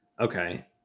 okay